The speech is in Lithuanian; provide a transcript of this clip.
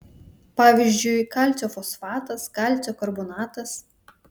pavyzdžiui kalcio fosfatas kalcio karbonatas